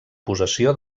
possessió